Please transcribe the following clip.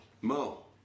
Mo